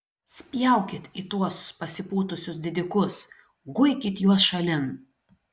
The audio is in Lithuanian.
spjaukit į tuos pasipūtusius didikus guikit juos šalin